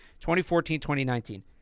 2014-2019